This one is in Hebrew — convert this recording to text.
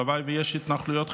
הלוואי שיש התנחלויות חדשות,